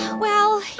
well,